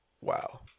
wow